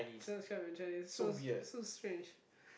transcribe in Chinese so so strange